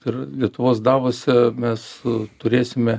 dar lietuvos davose mes a turėsime